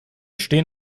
stehen